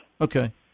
Okay